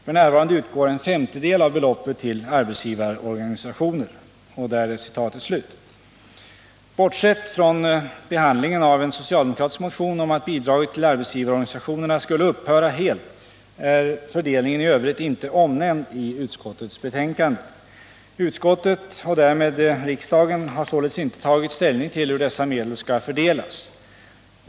F.n. utgår en femtedel av beloppet till arbetsgivarorganisationer.” Bortsett från behandlingen av en socialdemokratisk motion om att bidraget till arbetsgivarorganisationerna skulle upphöra helt är fördelningen i övrigt inte omnämnd i utskottets betänkande. Utskottet och därmed riksdagen har således inte tagit ställning till hur dessa medel skall fördelas.